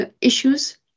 issues